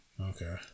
Okay